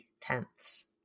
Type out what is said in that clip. tenths